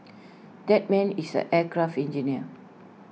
that man is an aircraft engineer